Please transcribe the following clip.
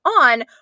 on